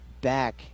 back